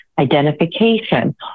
identification